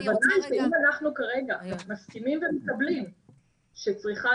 בוודאי שאם אנחנו כרגע מסכימים ומקבלים שצריכה